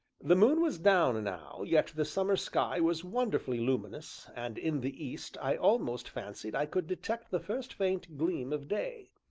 the moon was down now, yet the summer sky was wonderfully luminous and in the east i almost fancied i could detect the first faint gleam of day.